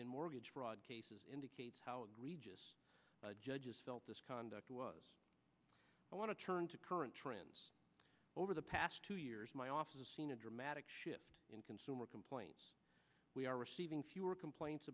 in mortgage fraud cases indicates how religious judges felt this conduct was i want to turn to current trends over the past two years my office seen a dramatic shift in consumer complaints we are receiving fewer complaints